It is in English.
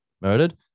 murdered